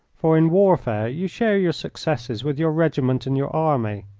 for in warfare you share your successes with your regiment and your army,